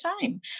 time